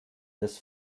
das